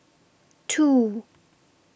two